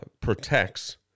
protects